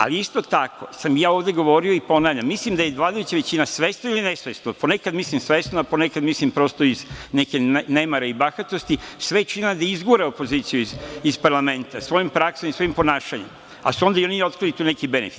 Ali, isto tako sam ja ovde govorio, i ponavljam, mislim da je vladajuća većina svesno ili nesvesno, ponekad mislim svesno, a ponekad mislim prosto iz nekog nemara i bahatosti, sve činila da izgura opoziciju iz parlamenta svojom praksom i svojim ponašanjem, ali su onda i oni otkrili tu neki benefit.